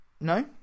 No